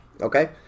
Okay